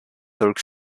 talk